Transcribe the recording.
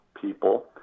people